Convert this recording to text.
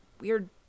weird